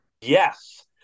Yes